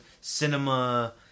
cinema